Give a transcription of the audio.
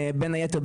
בין היתר,